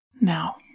Now